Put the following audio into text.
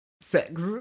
sex